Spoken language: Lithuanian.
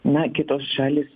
na kitos šalys